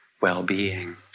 well-being